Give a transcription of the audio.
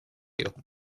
you